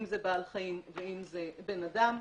אם זה בעל חיים ואם זה בן אדם,